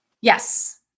Yes